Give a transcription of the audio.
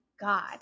God